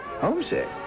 Homesick